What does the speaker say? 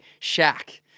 Shaq